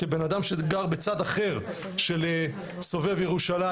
כבן אדם שגר בצד אחר של סובב ירושלים,